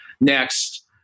next